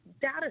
data